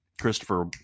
christopher